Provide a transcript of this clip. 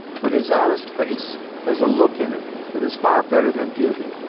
but his honest face has a look in it that is far better than beauty.